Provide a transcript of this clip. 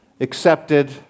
accepted